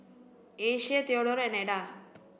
Asia Theadore and Eda